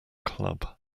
club